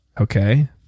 Okay